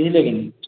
ବୁଝିଲେ କି ନାଇଁ